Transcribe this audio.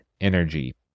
energy